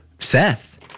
Seth